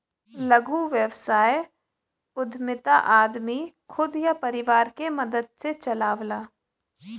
लघु व्यवसाय उद्यमिता आदमी खुद या परिवार के मदद से चलावला